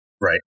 Right